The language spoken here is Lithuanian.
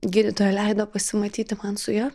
gydytoja leido pasimatyti man su ja